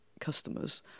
customers